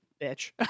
bitch